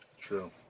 True